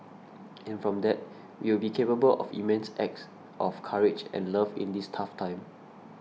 and from that we will be capable of immense acts of courage and love in this tough time